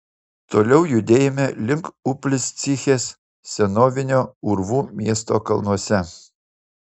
toliau judėjome link upliscichės senovinio urvų miesto kalnuose